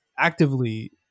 actively